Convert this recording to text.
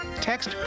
text